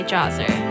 Jawser